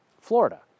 Florida